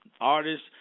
artists